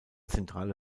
zentrale